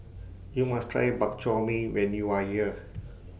YOU must Try Bak Chor Mee when YOU Are here